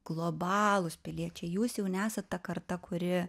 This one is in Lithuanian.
globalūs piliečiai jūs jau nesat ta karta kuri